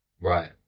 right